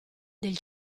del